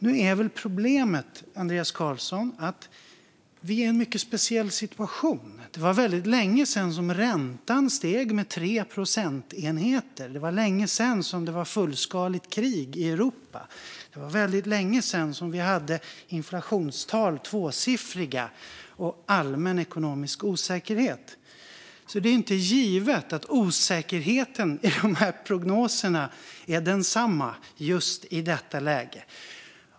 Nu är väl problemet, Andreas Carlson, att vi är i en mycket speciell situation. Det var väldigt länge sedan som räntan steg med 3 procentenheter. Det var länge sedan som det var fullskaligt krig i Europa. Och det var väldigt länge sedan som vi hade tvåsiffriga inflationstal och allmän, ekonomisk osäkerhet. Det är därför inte givet att osäkerheten i dessa prognoser är densamma just i detta läge.